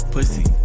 Pussy